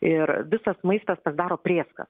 ir visas maistas pasidaro prėskas